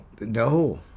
No